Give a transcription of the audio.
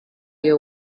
you